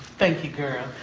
thank you, girl.